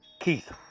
Keith